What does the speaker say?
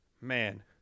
Man